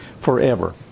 forever